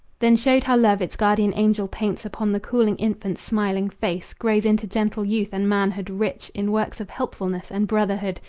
then showed how love its guardian angel paints upon the cooing infant's smiling face, grows into gentle youth, and manhood rich in works of helpfulness and brotherhood,